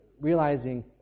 realizing